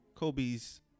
Kobe's